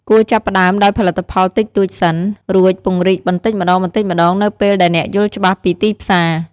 គួរចាប់ផ្ដើមដោយផលិតផលតិចតួចសិន រួចពង្រីកបន្តិចម្ដងៗនៅពេលដែលអ្នកយល់ច្បាស់ពីទីផ្សារ។